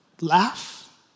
Laugh